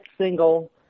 single